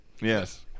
Yes